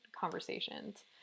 conversations